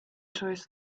choice